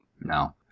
No